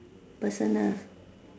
personal